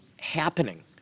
happening